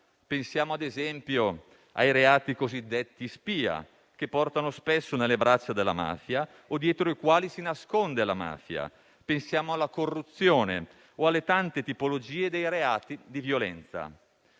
Pensiamo - ad esempio - ai reati cosiddetti spia che portano spesso nelle braccia della mafia o dietro i quali essa si nasconde. Pensiamo alla corruzione o alle tante tipologie dei reati di violenza.